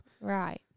Right